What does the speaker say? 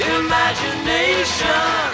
imagination